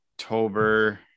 October